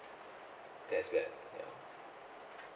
that's bad ya